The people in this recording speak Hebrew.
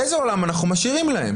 איזה עולם אנחנו משאירים להם